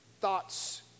thoughts